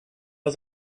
war